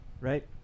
right